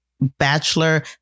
bachelor